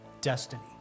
destiny